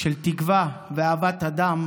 של תקווה ואהבת אדם,